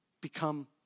become